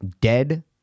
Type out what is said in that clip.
Dead